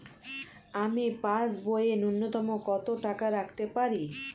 আমি পাসবইয়ে ন্যূনতম কত টাকা রাখতে পারি?